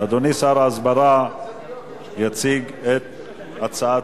חבר הכנסת